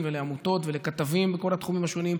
ולעמותות ולכתבים בכל התחומים השונים.